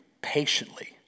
patiently